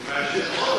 מעריב.